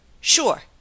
Sure